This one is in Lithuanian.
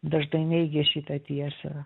dažnai neigia šitą tiesą